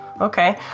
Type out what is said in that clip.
Okay